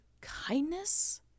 kindness